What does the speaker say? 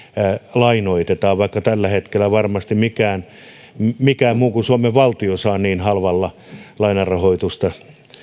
lainoitetaan vaikka tällä hetkellä ei varmasti mikään mikään muu kuin suomen valtio saa niin halvalla lainarahoitusta